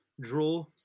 draw